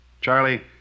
Charlie